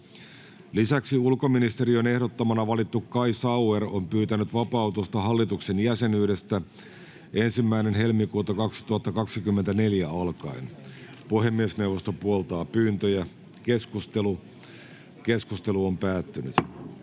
ulkoministeriön ehdottamana valittu Kai Sauer on pyytänyt vapautusta hallituksen jäsenyydestä 1.2.2024 alkaen. Puhemiesneuvosto puoltaa pyyntöä. Ensimmäiseen käsittelyyn